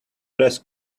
dress